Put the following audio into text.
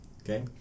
Okay